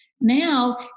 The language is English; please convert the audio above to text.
Now